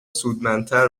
سودمندتر